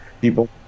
people